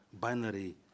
binary